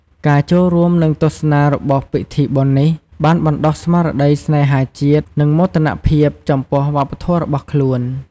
ការចូលរួម និងទស្សនារបស់ពិធីបុណ្យនេះ បានបណ្ដុះស្មារតីស្នេហាជាតិ និងមោទនភាពចំពោះវប្បធម៌របស់ខ្លួន។